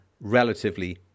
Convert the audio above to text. relatively